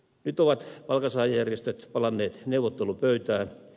nyt ovat palkansaajajärjestöt palanneet neuvottelupöytään